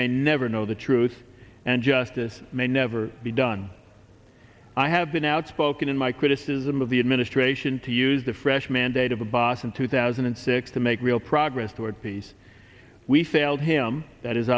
may never know the truth and justice may never be done i have been outspoken in my criticism of the administration to use the fresh mandate of abbas in two thousand and six to make real progress toward peace we failed him that is